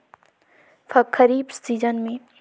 खरीफ season मे संकर धान कोन विधि ले लगा सकथन?